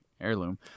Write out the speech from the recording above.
heirloom